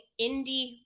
indie